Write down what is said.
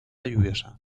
lluviosa